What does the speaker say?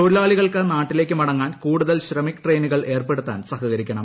തൊഴിലാളികൾക്ക് നാട്ടിലേയ്ക്ക് മടങ്ങാൻ കൂടുതൽ് ശ്രമിക് ട്രയിനുകൾ ഏർപ്പെടുത്താൻ സഹകരിക്കണം